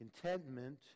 Contentment